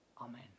Amen